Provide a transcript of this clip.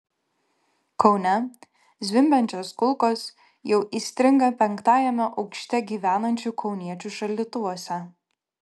kaune zvimbiančios kulkos jau įstringa penktajame aukšte gyvenančių kauniečių šaldytuvuose